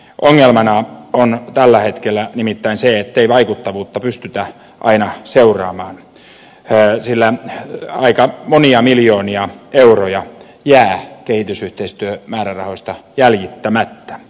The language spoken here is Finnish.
ongelmana on tällä hetkellä nimittäin se ettei vaikuttavuutta pystytä aina seuraamaan sillä aika monia miljoonia euroja jää kehitysyhteistyömäärärahoista jäljittämättä